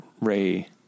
Ray